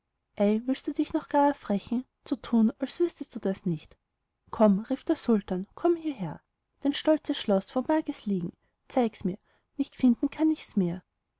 willst du dich noch gar erfrechen zu tun als wüßtest du das nicht komm rief der sultan komm hierher dein stolzes schloß wo mag es liegen zeig mir's nicht finden kann ich's mehr